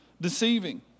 deceiving